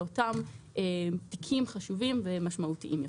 לאותם תיקים חשובים ומשמעותיים יותר.